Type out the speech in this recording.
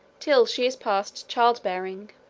till she is past child-bearing.